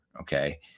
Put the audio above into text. Okay